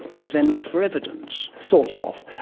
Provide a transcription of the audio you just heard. you then looked for evidence. sort ah of.